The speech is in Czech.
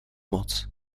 moc